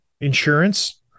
insurance